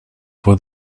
for